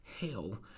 hell